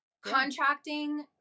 Contracting